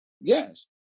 Yes